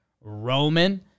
Roman